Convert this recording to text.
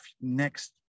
next